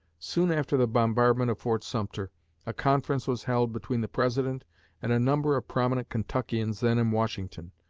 soon after the bombardment of fort sumter a conference was held between the president and a number of prominent kentuckians then in washington,